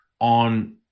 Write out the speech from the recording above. On